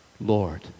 Lord